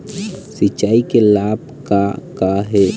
सिचाई के लाभ का का हे?